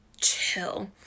chill